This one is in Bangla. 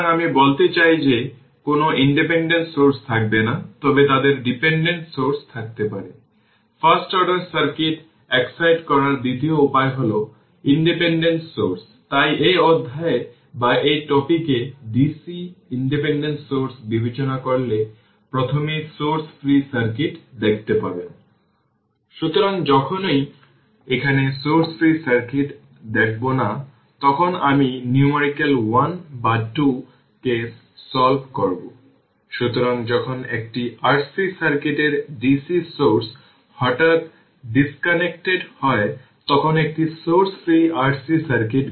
আমি বলতে চাইছি যদি τ 2 রেসপন্স ধীর হয় যখন τ 1 τ 2 এর চেয়ে অনেক দ্রুত যদি τ আরও কমে রেসপন্স আরও দ্রুত হয়ে যাবে